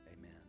Amen